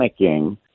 panicking